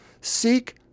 seek